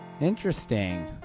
Interesting